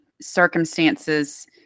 circumstances